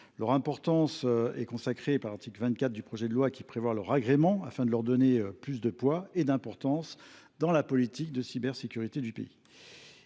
Leur importance est consacrée par l’article 24 du projet de loi, qui prévoit leur agrément afin de leur donner plus de poids et d’importance dans la politique de cybersécurité du pays.